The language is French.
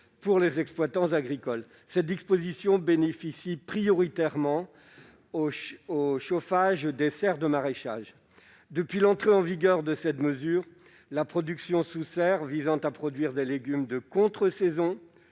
pour les exploitants agricoles. Cette mesure bénéficie prioritairement au chauffage des serres de maraîchage. Depuis son entrée en vigueur, la production sous serre visant à produire des légumes de contre-saison,